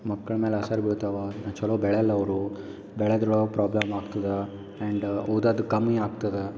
ಮಕ್ಕಳ ಮ್ಯಾಲೆ ಅಸರ್ ಬೀಳ್ತವೆ ಚಲೋ ಬೆಳೆಯಲ್ಲ ಅವರು ಬೆಳೆದರು ಅವು ಪ್ರಾಬ್ಲಮ್ ಆಗ್ತದೆ ಆ್ಯಂಡ್ ಓದೋದ್ ಕಮ್ಮಿ ಆಗ್ತದೆ